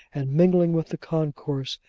and mingling with the concourse,